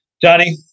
Johnny